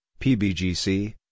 PBGC